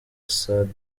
assad